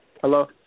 Hello